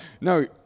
No